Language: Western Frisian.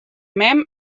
mem